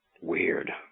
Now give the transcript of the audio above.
Weird